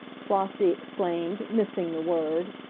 flossie exclaimed, missing the word.